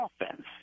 offense